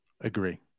Agree